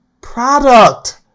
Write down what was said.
product